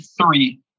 three